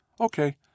Okay